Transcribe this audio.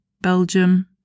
Belgium